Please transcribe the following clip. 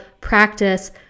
practice